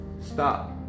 stop